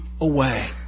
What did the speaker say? away